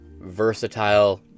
versatile